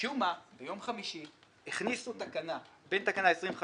משום מה ביום חמישי הכניסו תקנה, בין תקנה 25